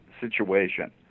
situation